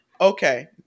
Okay